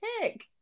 pick